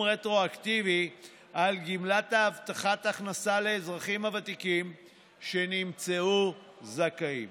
רטרואקטיבי על גמלת הבטחת ההכנסה לאזרחים הוותיקים שנמצאו זכאים